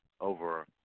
over